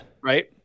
Right